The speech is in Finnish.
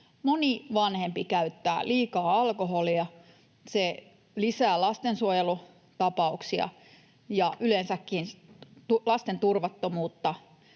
Moni vanhempi käyttää liikaa alkoholia. Se lisää lastensuojelutapauksia ja yleensäkin lasten turvattomuutta